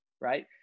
right